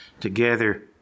together